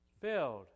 filled